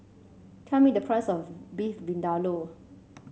tell me the price of Beef Vindaloo